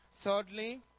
Thirdly